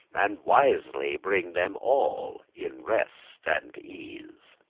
and wisely bring them all in rest and ease